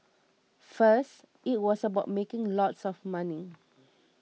first it was about making lots of money